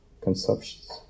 consumptions